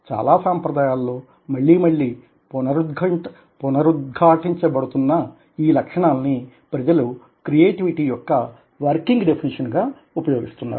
చాలా సాంప్రదాయాలలో మళ్ళీ మళ్ళీ పునరుధ్ఘాటించ బడుతున్న ఈ లక్షణాల్ని ప్రజలు క్రియేటివిటీ యొక్క వర్కింగ్ డెఫినిషన్ గా ఉపయోగిస్తున్నారు